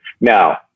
now